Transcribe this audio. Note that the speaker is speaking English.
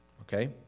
okay